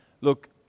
look